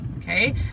okay